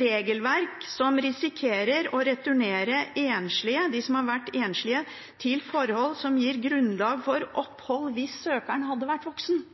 regelverk som risikerer å returnere dem som har vært enslige, til forhold som gir grunnlag for opphold hvis søkeren hadde vært voksen.